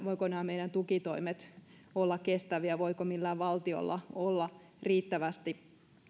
meidän tukitoimet olla kestäviä voiko millään valtiolla olla riittävästi